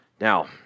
Now